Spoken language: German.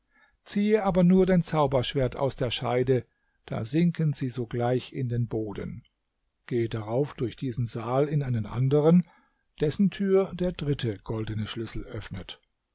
ziehe aber nur dein zauberschwert aus der scheide da sinken sie sogleich in den boden gehe darauf durch diesen saal in einen anderen dessen tür der dritte goldene schlüssel öffnet